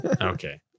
Okay